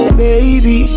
baby